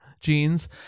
jeans